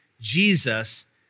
Jesus